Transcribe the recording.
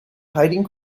hiding